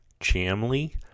Chamley